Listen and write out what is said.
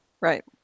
Right